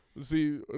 See